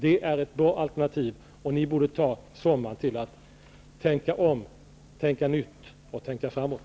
Det är ett bra alternativ, och ni borde utnyttja sommaren till att tänka om, tänka nytt och tänka framåt.